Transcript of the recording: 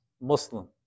Muslim